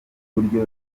buryo